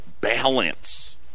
balance